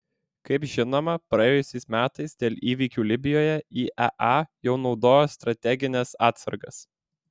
kaip žinoma praėjusiais metais dėl įvykių libijoje iea jau naudojo strategines atsargas